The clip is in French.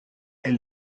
elle